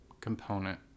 component